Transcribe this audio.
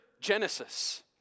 Genesis